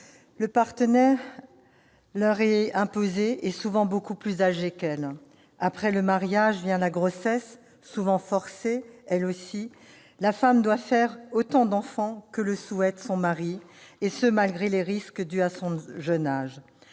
Le partenaire leur est imposé, et il est souvent beaucoup plus âgé qu'elles. Après le mariage vient la grossesse, souvent forcée elle aussi. La femme doit faire autant d'enfants que le souhaite son mari, et ce malgré les risques dus à son jeune âge.